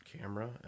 camera